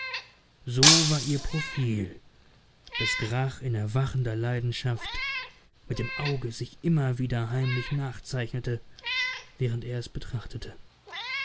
so war ihr profil das grach in erwachender leidenschaft mit dem auge sich immer wieder heimlich nachzeichnete während er es betrachtete